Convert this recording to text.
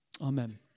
Amen